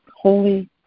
holy